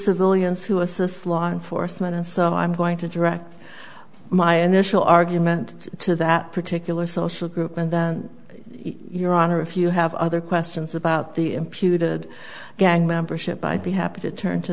civilians who assist law enforcement and so i'm going to direct my initial argument to that particular social group and your honor if you have other questions about the imputed gang membership i'd be happy to turn to